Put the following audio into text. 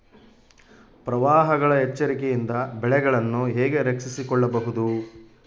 ಪ್ರವಾಹಗಳ ಎಚ್ಚರಿಕೆಯಿಂದ ಬೆಳೆಗಳನ್ನು ಹೇಗೆ ರಕ್ಷಿಸಿಕೊಳ್ಳಬಹುದು?